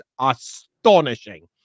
astonishing